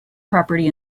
property